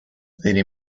lady